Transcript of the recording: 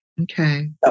okay